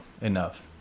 enough